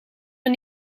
een